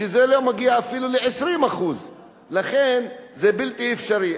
שזה לא מגיע אפילו ל-20% לכן זה בלתי אפשרי.